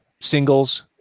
singles